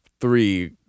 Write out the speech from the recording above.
three